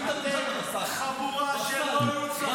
היית ונשארת וסאל, אתם חבורה של לא-יוצלחים.